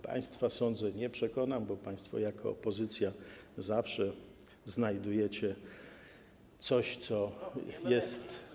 Państwa, jak sądzę, nie przekonam, bo państwo jako opozycja zawsze znajdujecie coś, co jest.